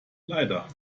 leider